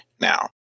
now